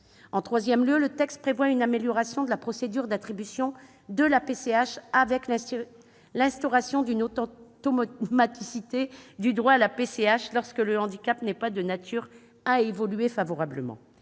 Par ailleurs, le texte prévoit une amélioration de la procédure d'attribution de la PCH, avec l'instauration d'une automaticité du droit à prestation lorsque le handicap n'est pas de nature à évoluer favorablement.